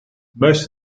most